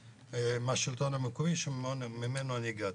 מהשלטון המקומי שממנו אני הגעתי.